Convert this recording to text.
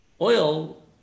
Oil